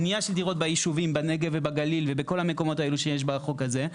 בנייה של דירות בישובים בנגב ובגליל ובכל המקומות האלה שיש בחוק הזה.